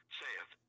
saith